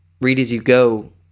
read-as-you-go